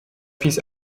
fils